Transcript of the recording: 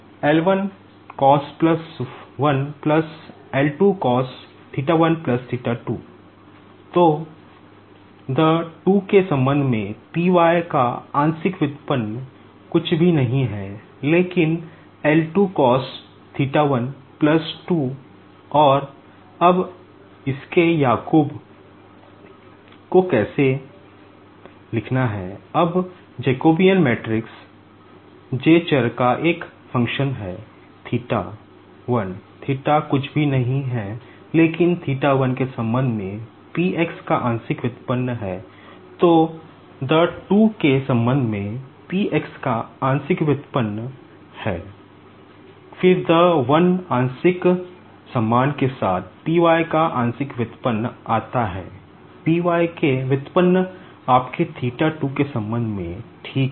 तो the 2 के संबंध में P y का पार्शियल डेरिवेटिव आपके theta 2 के संबंध में ठीक है